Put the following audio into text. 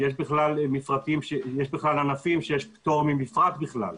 שיש ענפים שיש פטור ממפרט בכלל,